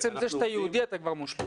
עצם זה שאתה יהודי אתה כבר מושלם.